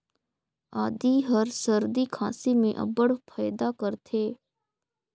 आदी हर सरदी खांसी में अब्बड़ फएदा करथे